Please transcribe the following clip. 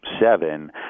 seven